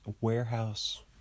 warehouse